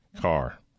car